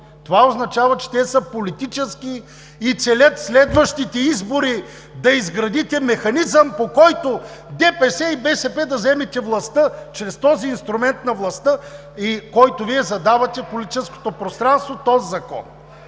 Това означава, че те са политически, и целят следващите избори – да изградите механизъм, по който ДПС и БСП да вземете властта чрез този инструмент на властта, който Вие задавате в политическото пространство с този закон.